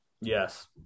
yes